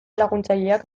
laguntzaileak